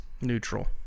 neutral